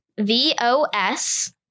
V-O-S